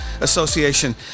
Association